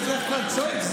אומר לך, חבר הכנסת,